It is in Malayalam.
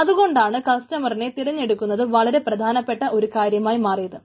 അതുകൊണ്ടാണ് കസ്റ്റമറിനെ തിരഞ്ഞെടുക്കുന്നത് വളരെ പ്രധാനപ്പെട്ട ഒരു കാര്യമായി മാറിയത്